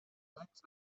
thanks